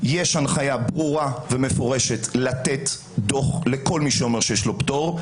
יש הנחיה ברורה ומפורשת לתת דוח לכל מי שאומר שיש לו פטור,